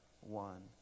one